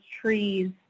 trees